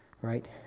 right